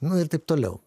nu ir taip toliau